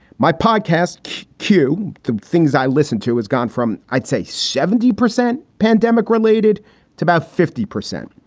my podcast. q the things i listened to is gone from, i'd say seventy percent pandemic related to about fifty percent,